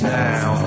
now